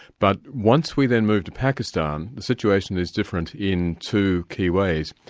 but once we then move to pakistan the situation is different in two key ways.